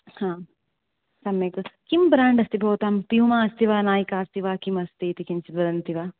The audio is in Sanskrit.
आम् सम्यक् किं ब्रेण्ड् अस्ति भवतां प्यूमा अस्ति वा नैका अस्ति वा किम् अस्तीति किञ्चित् वदन्ति वा